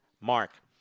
Mark